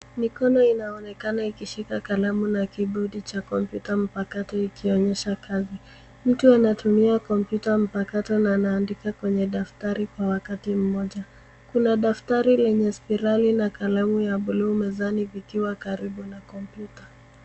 Mikono inaonekana ikishika kalamu na keyboard cha komputa mpakato iko onyesha kazi. Mtu anatumia komputa mpakato na ana andika kwenye daftari kwa wakati mmoja. Kuna daftari lenye spirali na kalamu ya bluu mezani zikiwa karibu na Komputa.